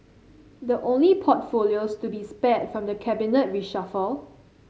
the only portfolios to be spared from the cabinet reshuffle